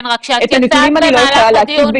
את הנתונים אני לא יכולה להציג,